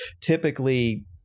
typically